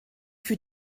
für